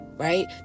Right